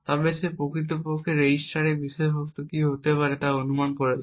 তবে সে প্রকৃতপক্ষে রেজিস্টারের বিষয়বস্তু কী হতে পারে তা অনুমান করছে